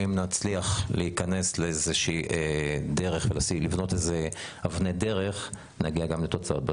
וגם את אנשי המולמו"פ ביחס לרעיון של מדיניות אנטי מחזורית של תקצוב.